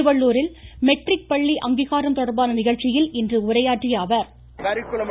திருவள்ளூரில் மெட்ரிக் பள்ளி அங்கீகாரம் தொடர்பான நிகழ்ச்சியில் இன்று உரையாற்றிய அவர் கே